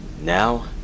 now